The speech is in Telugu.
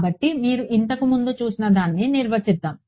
కాబట్టి మీరు ఇంతకు ముందు చూసిన దాన్ని నిర్వచిద్దాం